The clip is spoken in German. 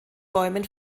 räumen